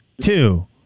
two